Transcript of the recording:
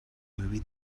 movie